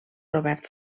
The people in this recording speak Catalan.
robert